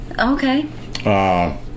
Okay